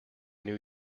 new